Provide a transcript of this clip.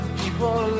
people